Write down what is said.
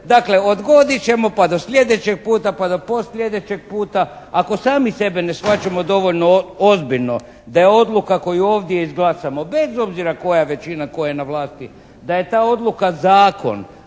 Dakle, odgodit ćemo pa do sljedećeg puta, pa do postsljedećeg puta. Ako sami sebe ne shvaćamo dovoljno ozbiljno, da je odluka koju ovdje izglasamo bez obzira koja je većina, tko je na vlasti, da je ta odluka zakon